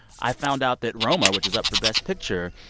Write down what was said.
i found out that roma, which is up for best picture,